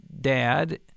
Dad